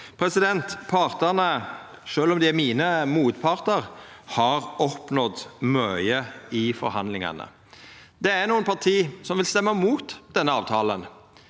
Partane, sjølv om dei er mine motpartar, har oppnådd mykje i forhandlingane. Det er nokre parti som vil stemma mot denne avtalen.